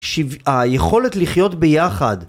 היכולת לחיות ביחד